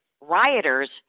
rioters